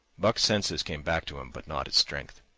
buck's senses came back to him, but not his strength.